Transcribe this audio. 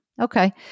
Okay